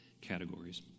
categories